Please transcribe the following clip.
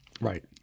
right